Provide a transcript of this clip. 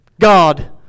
God